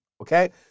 okay